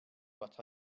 but